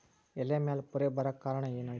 ಎಲೆ ಮ್ಯಾಲ್ ಪೊರೆ ಬರಾಕ್ ಕಾರಣ ಏನು ಐತಿ?